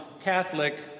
Catholic